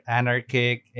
anarchic